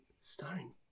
Starring